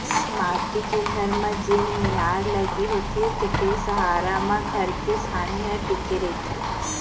माटी के घर म जेन मियार लगे होथे तेखरे सहारा म घर के छानही ह टिके रहिथे